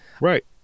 Right